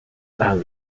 lang